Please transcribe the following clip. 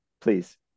please